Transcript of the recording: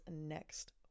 next